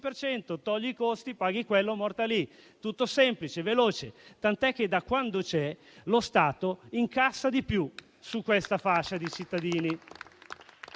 per cento: togli i costi, paghi quello e finisce lì, tutto semplice e veloce, tant'è che, da quando c'è, lo Stato incassa di più nell'ambito di questa fascia di cittadini.